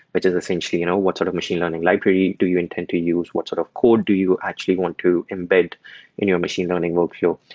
which is essentially you know what sort of machine learning library do you intend to use. what sort of code do you actually want to embed in your machine learning workflow?